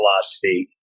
philosophy